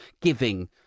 giving